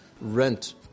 rent